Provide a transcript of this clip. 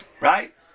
Right